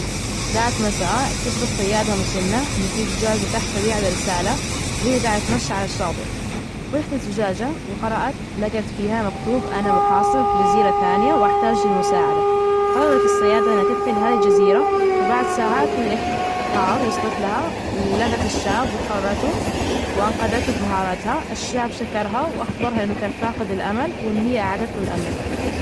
ذات مساء، اكتشفت صياده مسنة، إنه في زجاجة تحتوي على رسالة، وهي جاعدة تتمشى على الشاطئ، فتحت الزجاجة، وقرأت لقت فيها مكتوب أنا محاصر في جزيرة ثانيه وأحتاج للمساعدة. قررت الصيادة إنها تبحر لهذه الجزيرة. وبعد ساعات من الإبحار، وصلت لها ولجت الشاب وحررته وأنقذته بمهاراتها. الشاب شكرها وأخبرها إنه كان فاقد الأمل، وإن هي أعادت له الأمل.